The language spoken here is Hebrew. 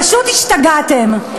פשוט השתגעתם.